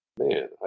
man